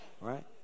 right